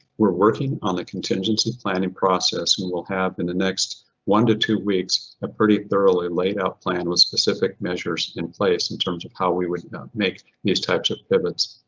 we're working on the contingency planning process we will have in the next one to two weeks. a pretty thoroughly laid out plan with specific measures in place in terms of how we would make these types of pivots.